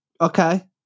Okay